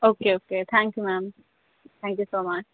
okay okay thank you ma'am thank you so much